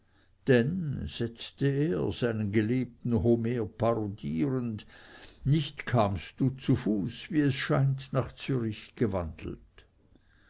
denn setzte er seinen geliebten homer parodierend hinzu nicht kamst du zu fuß wie es scheint nach zürich gewandelt